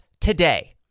today